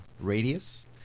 radius